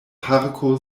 parko